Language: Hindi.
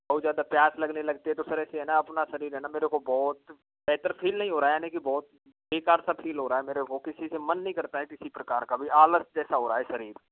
बहुत ज़्यादा प्यास लगने लगती है तो फिर ऐसे है ना अपना शरीर है ना मेरे को बहुत बेहतर फील नहीं हो रहा है यानी की बहुत बेकार सा फील हो रहा है मेरे को किसी से मन नहीं करता है किसी प्रकार का भी आलस जैसा हो रहा है सर ये